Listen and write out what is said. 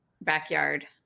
backyard